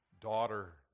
Daughter